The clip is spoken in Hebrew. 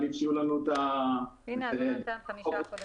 חמישה חודשים,